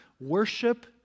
Worship